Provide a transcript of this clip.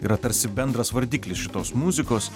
yra tarsi bendras vardiklis šitos muzikos